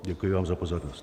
Děkuji vám za pozornost.